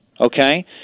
okay